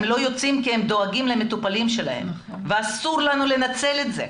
הם לא יוצאים כי הם דואגים למטופלים שלהם ואסור לנו לנצל את זה.